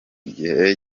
gihe